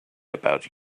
about